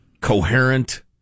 coherent